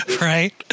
Right